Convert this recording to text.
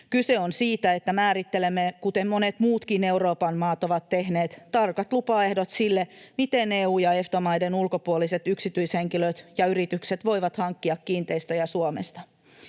Kyse on siitä, että määrittelemme, kuten monet muutkin Euroopan maat ovat tehneet, tarkat lupaehdot sille, miten EU- ja EFTA-maiden ulkopuoliset yksityishenkilöt ja yritykset voivat hankkia kiinteistöjä Suomesta.